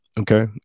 okay